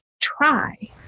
try